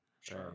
Sure